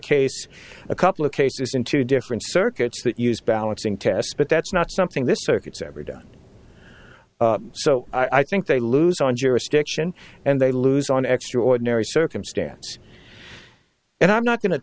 case a couple of cases in two different circuits that use balancing tests but that's not something this circuits ever done so i think they lose on jurisdiction and they lose on extraordinary circumstance and i'm not going to